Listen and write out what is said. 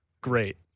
great